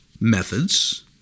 methods